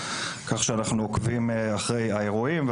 כך שאנחנו עוקבים אחרי האירועים,